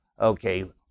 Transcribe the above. okay